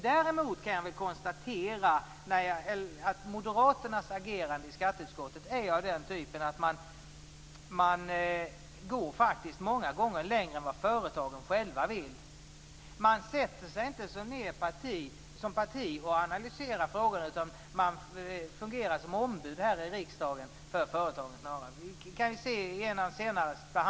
Däremot kan jag konstatera att Moderaternas agerande i skatteutskottet är av den typen att de många gånger går längre än vad företagen själva vill. Man sätter sig inte ned som parti och analyserar frågorna, utan man fungerar snarare här i riksdagen som ombud för företagen.